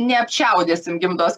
neapčiaudėsim gimdos